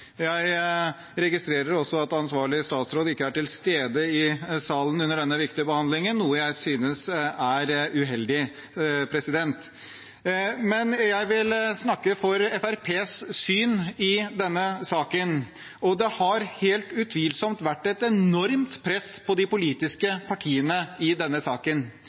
Jeg registrerer også at ansvarlig statsråd ikke er til stede i salen under denne viktige behandlingen, noe jeg synes er uheldig. Jeg vil snakke for Fremskrittspartiets syn i denne saken. Det har helt utvilsomt vært et enormt press på de politiske partiene.